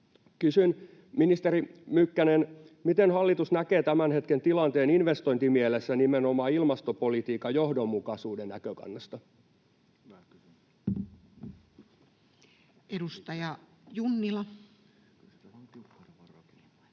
Kysyn, ministeri Mykkänen: miten hallitus näkee tämän hetken tilanteen investointimielessä, nimenomaan ilmastopolitiikan johdonmukaisuuden näkökannasta? [Speech 180]